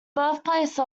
birthplace